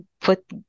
put